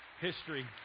history